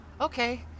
okay